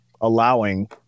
allowing